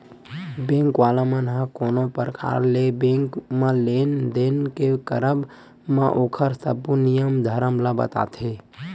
bank वाला मन ह कोनो परकार ले बेंक म लेन देन के करब म ओखर सब्बो नियम धरम ल बताथे